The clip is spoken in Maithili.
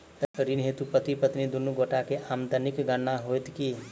ऋण हेतु पति पत्नी दुनू गोटा केँ आमदनीक गणना होइत की?